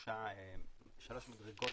שלוש מדרגות